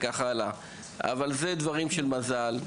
אבל אלה גם דברים שקשורים למזל.